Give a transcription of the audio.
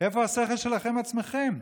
איפה השכל שלכם עצמכם?